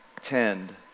tend